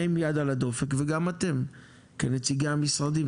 עם יד על הדופק וגם אתם כנציגי המשרדים,